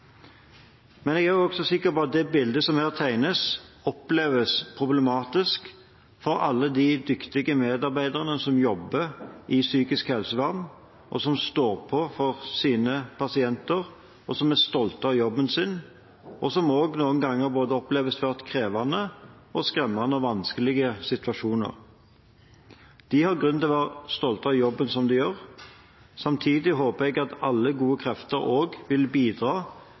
Men jeg er også sikker på at det bildet som her tegnes, oppleves problematisk for alle de dyktige medarbeiderne i psykisk helsevern, som står på for sine pasienter, som er stolte av jobben sin, og som noen ganger opplever svært krevende og skremmende situasjoner. De har grunn til å være stolte av jobben de gjør, samtidig håper jeg at alle gode krefter også vil bidra